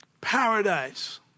paradise